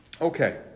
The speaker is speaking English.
Okay